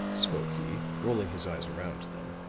spoke he, rolling his eyes around to them,